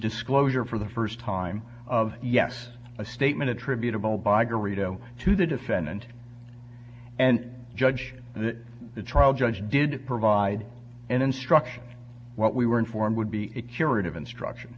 disclosure for the first time of yes a statement attributable bygger radio to the defendant and judge that the trial judge did provide an instruction what we were informed would be curative instruction